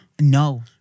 no